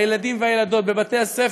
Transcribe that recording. הילדים והילדות בבתי-הספר,